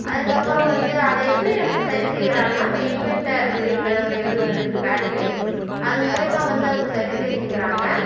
அதுக்கப்புறம் வந்து அதை எப்படி வந்து சரி செய்கிறாங்கனா இப்போ இன்வெட்டர் அப்படின்ற ஒரு இது வந்திருக்கு பேட்ரி அது மூலயமா வந்து அவங்க சரி செஞ்சுக்கிறாங்க